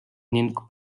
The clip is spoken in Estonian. ning